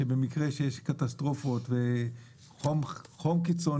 כך שבמקרה של קטסטרופה כמו חום קיצוני,